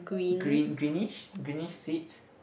green greenish greenish seats